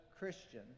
Christian